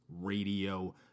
Radio